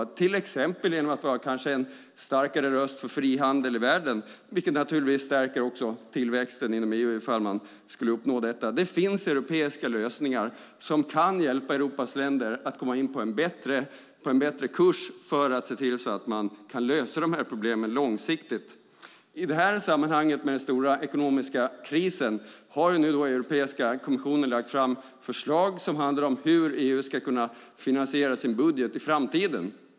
Den kan till exempel vara en starkare röst för frihandel i världen. Det stärker också tillväxten inom EU ifall man skulle uppnå detta. Det finns europeiska lösningar som kan hjälpa Europas länder att komma in på en bättre kurs så att man kan lösa problemen långsiktigt. I samband med den stora ekonomiska krisen har Europeiska kommissionen lagt fram förslag som handlar om hur EU ska kunna finansiera sin budget i framtiden.